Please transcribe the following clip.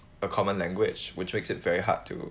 a common language which makes it very hard to